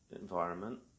environment